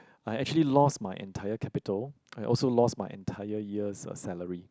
I actually lost my entire capital I also lost my entire year's uh salary